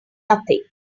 nothing